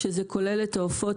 שזה כולל את העופות,